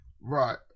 Right